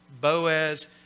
Boaz